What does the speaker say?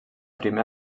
primer